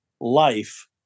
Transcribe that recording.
life